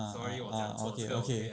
ah ah ah okay okay